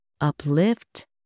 uplift